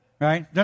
Right